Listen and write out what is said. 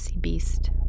beast